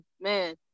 man